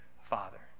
father